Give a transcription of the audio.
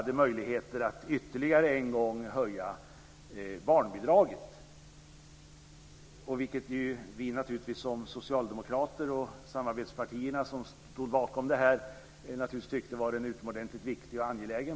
Det gjorde att man kunde höja barnbidraget, vilket vi socialdemokrater och samarbetspartierna tyckte var utomordentligt viktigt.